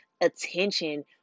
attention